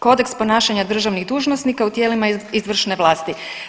Kodeks ponašanja državnih dužnosnika u tijelima izvršne vlasti.